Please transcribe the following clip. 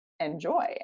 Enjoy